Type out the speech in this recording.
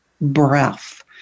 breath